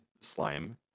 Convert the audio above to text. slime